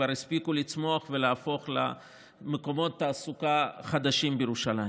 והן כבר הספיקו לצמוח ולהפוך למקומות תעסוקה חדשים בירושלים.